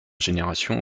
génération